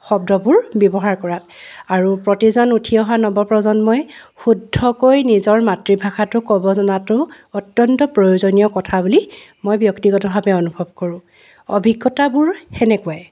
শব্দবোৰ ব্যৱহাৰ কৰাত আৰু প্ৰতিজন উঠি অহা নৱপ্ৰজন্মই শুদ্ধকৈ নিজৰ মাতৃভাষাটো ক'ব জনাতো অতন্ত্য প্ৰয়োজনীয় কথা বুলি মই ব্যক্তিগতভাৱে অনুভৱ কৰোঁ অভিজ্ঞতাবোৰ সেনেকুৱাই